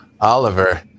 Oliver